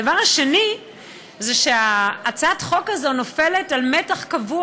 הדבר השני זה שהצעת החוק הזאת נופלת על מתח קבוע